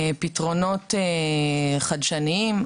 פתרונות חדשניים.